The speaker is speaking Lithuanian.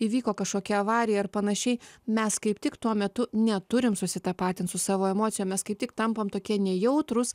įvyko kažkokia avarija ar panašiai mes kaip tik tuo metu neturim susitapatint su savo emocijom mes kaip tik tampam tokie nejautrūs